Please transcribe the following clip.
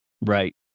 right